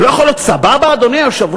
זה לא יכול להיות סבבה, אדוני היושב-ראש?